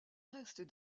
restes